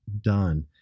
done